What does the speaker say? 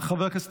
חבר הכנסת